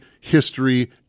History